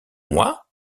mois